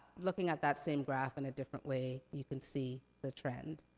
looking at that same graph in a different way, you can see the trend.